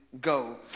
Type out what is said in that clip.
go